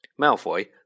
Malfoy